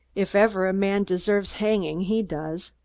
if ever a man deserved hanging, he does.